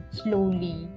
slowly